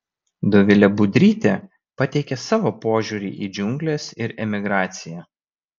dovilė budrytė pateikia savo požiūrį į džiungles ir emigraciją